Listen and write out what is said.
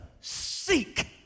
seek